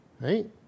right